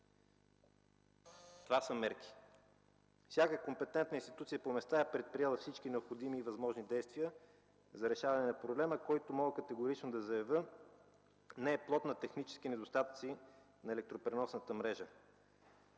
това са мерки. Всяка компетентна институция по места е предприела всички необходими и възможни действия за решаване на проблема, който мога категорично да заявя, не е плод на технически недостатъци на електропреносната мрежа.